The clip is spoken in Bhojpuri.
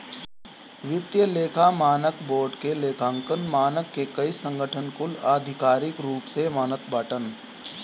वित्तीय लेखा मानक बोर्ड के लेखांकन मानक के कई संगठन कुल आधिकारिक रूप से मानत बाटन